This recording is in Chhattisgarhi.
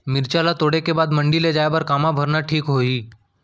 मिरचा ला तोड़े के बाद मंडी ले जाए बर का मा भरना ठीक होही?